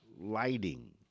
lighting